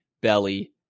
Belly